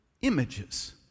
images